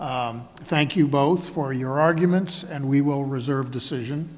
thank you both for your arguments and we will reserve decision